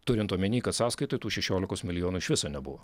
turint omeny kad sąskaitoj tų šešiolikos milijonų iš viso nebuvo